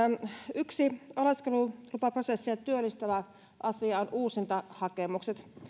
yksi oleskelulupaprosessia työllistävä asia on uusintahakemukset